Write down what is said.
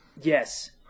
Yes